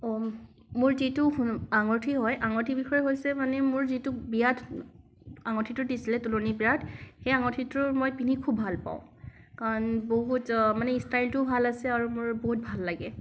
মোৰ যিটো আঙুঠি হয় আঙুঠিৰ বিষয়ে হৈছে মানে মোৰ বিয়াত আঙুঠিটো দিছিলে তুলনী বিয়াত সেই আঙুঠিটো মই পিন্ধি খুব ভাল পাওঁ কাৰণ বহুত মানে ষ্টাইলটোও ভাল আছে আৰু মোৰ বহুত ভাল লাগে